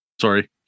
Sorry